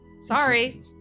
Sorry